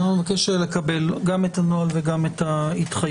אני מבקש לקבל גם את הנוהל וגם את ההתחייבות.